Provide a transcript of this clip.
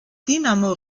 dinamo